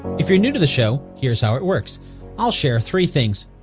if you're new to the show, here's how it works i'll share three things.